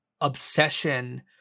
obsession